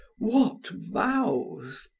what vows!